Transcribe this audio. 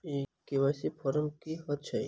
ई KYC form की हएत छै?